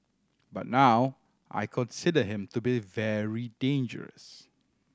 but now I consider him to be very dangerous